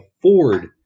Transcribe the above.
afford